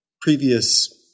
previous